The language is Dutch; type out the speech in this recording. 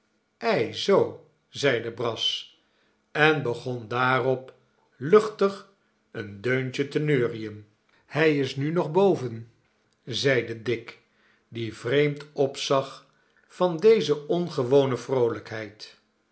ei zoo zeide brass en begon daarop luchtig een deuntje te neurien hij is nu nog boven zeide dick die vreemd opzag van deze ongewone vroolijkheid